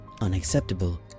unacceptable